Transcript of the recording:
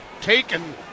taken